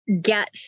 get